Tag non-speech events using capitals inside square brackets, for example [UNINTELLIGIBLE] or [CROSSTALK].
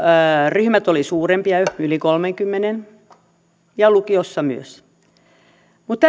ryhmät olivat suurempia yli kolmenkymmenen ja lukiossa myös mutta [UNINTELLIGIBLE]